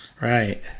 Right